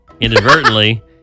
inadvertently